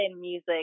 music